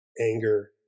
anger